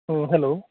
ᱦᱮᱸ ᱦᱮᱞᱳ